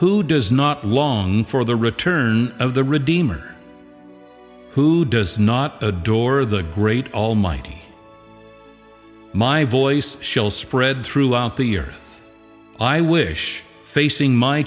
who does not long for the return of the redeemer who does not adore the great almighty my voice shall spread throughout the years i wish facing my